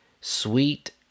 sweet